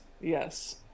Yes